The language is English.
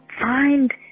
Find